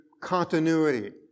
continuity